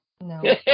No